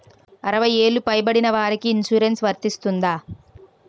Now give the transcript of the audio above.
అరవై ఏళ్లు పై పడిన వారికి ఇన్సురెన్స్ వర్తిస్తుందా?